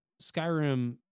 skyrim